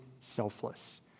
selfless